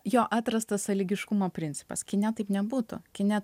jo atrastas sąlygiškumo principas kine taip nebūtų kine